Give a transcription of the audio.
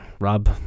Rob